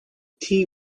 tea